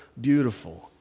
beautiful